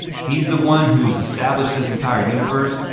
he's the one who's established this entire universe,